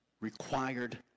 required